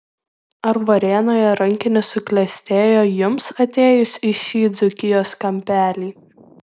ar varėnoje rankinis suklestėjo jums atėjus į šį dzūkijos kampelį